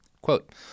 Quote